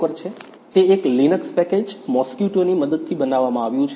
તે એક Linux package Mosquito ની મદદથી બનાવવામાં આવ્યું છે